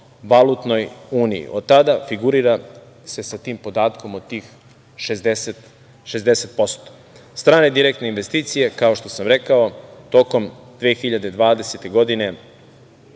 valutnoj uniji od tada se figurira sa tim podatkom od tih 60%.Strane direktne investicije, kao što sam rekao, tokom 2020. godine